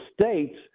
states